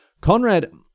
Conrad